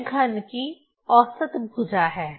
यह घन की औसत भुजा है